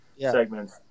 segments